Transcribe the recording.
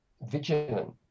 vigilant